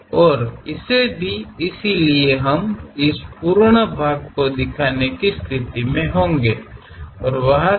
ಆದ್ದರಿಂದ ಈ ಸಂಪೂರ್ಣ ಭಾಗವನ್ನು ನೋಡುವ ಸ್ಥಿತಿಯಲ್ಲಿ ನಾವು ಇರುತ್ತೇವೆ